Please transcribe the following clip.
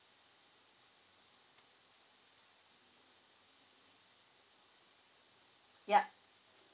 ya